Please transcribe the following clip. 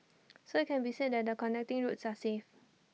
so IT can be said that the connecting routes are safe